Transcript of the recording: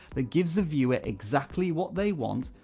that gives the viewer exactly what they want,